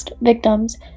victims